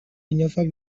inozoak